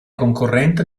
concorrente